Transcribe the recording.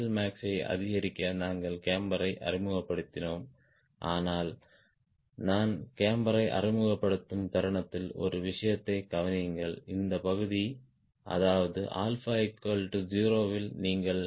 எல்மேக்ஸை அதிகரிக்க நாங்கள் கேம்பரை அறிமுகப்படுத்தினோம் ஆனால் நான் கேம்பரை அறிமுகப்படுத்தும் தருணத்தில் ஒரு விஷயத்தைக் கவனியுங்கள் இந்த பகுதி அதாவது 0 இல் நீங்கள் சி